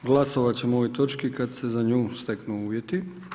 Glasovat ćemo o ovoj točki kad se za nju steknu uvjeti.